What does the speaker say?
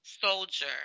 Soldier